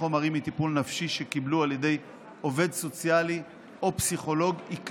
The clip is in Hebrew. חומרים מטיפול נפשי שקיבלו על ידי עובד סוציאלי או פסיכולוג היא קשה.